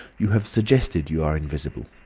you have suggested you are invisible.